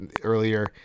earlier